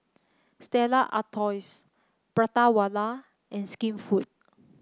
Stella Artois Prata Wala and Skinfood